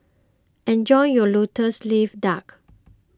enjoy your Lotus Leaf Duck